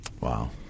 Wow